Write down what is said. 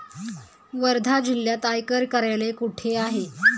वर्धा जिल्ह्यात आयकर कार्यालय कुठे आहे?